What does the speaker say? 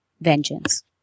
vengeance